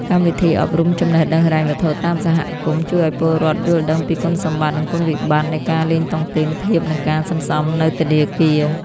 កម្មវិធីអប់រំចំណេះដឹងហិរញ្ញវត្ថុតាមសហគមន៍ ជួយឱ្យពលរដ្ឋយល់ដឹងពីគុណសម្បត្តិ និងគុណវិបត្តិនៃការលេងតុងទីនធៀបនឹងការសន្សំនៅធនាគារ។